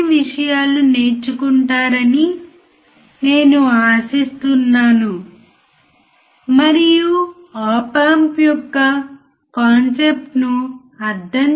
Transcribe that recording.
కాబట్టి unity gain amplifier గురించి మరిన్ని ఉదాహరణలు పొందడానికి ప్రయత్నించండి